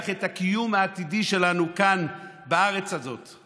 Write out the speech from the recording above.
את הקיום העתידי שלנו כאן בארץ הזאת.